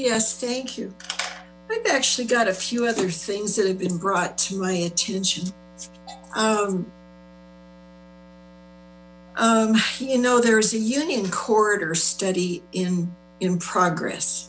yes thank you i actually got a few other things that have been brought to my attention you know there is a union court or study in in progress